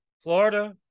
Florida